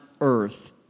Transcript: earth